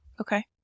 Okay